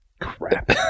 crap